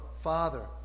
Father